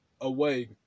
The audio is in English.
away